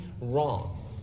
wrong